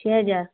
छः हजार